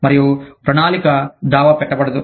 మరియు ప్రణాళిక దావా పెట్టబడదు